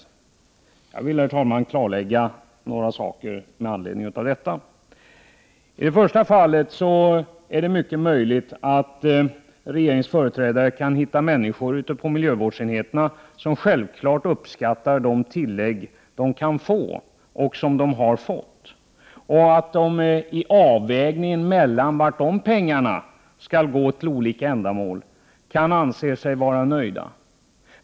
Jag vill, herr talman, med anledning av detta göra några klarlägganden. Det är möjligt att regeringens företrädare kan finna människor på miljövårdsenheterna som uppskattar de tillägg de har fått och kan få och att dessa personer anser sig vara nöjda med avvägningen när det gäller till vilka ändamål pengarna skall gå.